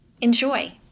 enjoy